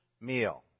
meal